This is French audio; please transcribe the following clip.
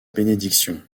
bénédiction